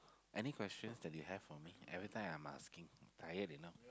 any questions that you have for me every time I'm asking tired enough